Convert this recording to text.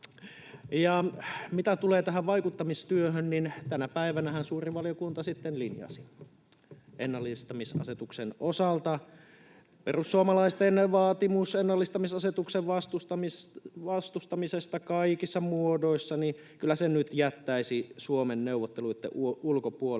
Mitä tulee tähän vaikuttamistyöhön, niin tänä päivänähän suuri valiokunta sitten linjasi ennallistamisasetuksen osalta. Perussuomalaisten vaatimus ennallistamisasetuksen vastustamisesta kaikissa muodoissa kyllä jättäisi Suomen neuvotteluitten ulkopuolelle